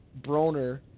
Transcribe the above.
Broner